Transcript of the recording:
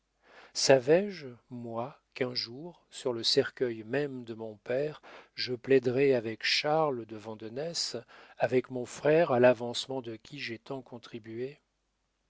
savais-je moi qu'un jour sur le cercueil même de mon père je plaiderais avec charles de vandenesse avec mon frère à l'avancement de qui j'ai tant contribué